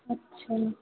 अच्छा